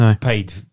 paid